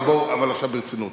אבל בואו, אבל עכשיו ברצינות.